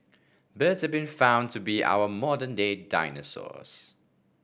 birds have been found to be our modern day dinosaurs